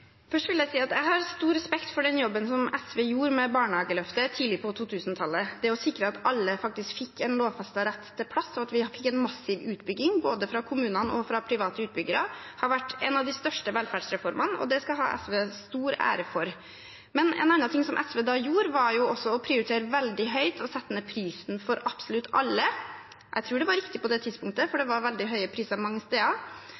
Først vil jeg si at jeg har stor respekt for den jobben som SV gjorde med barnehageløftet tidlig på 2000-tallet – det å sikre at alle faktisk fikk en lovfestet rett til plass. At vi fikk en massiv utbygging både fra kommunene og fra private utbyggere, har vært en av de største velferdsreformene, og det skal SV ha stor ære for. Men en annen ting som SV da gjorde, var å prioritere veldig høyt å sette ned prisen for absolutt alle. Jeg tror det var riktig på det tidspunktet, for det var veldig høye priser mange steder.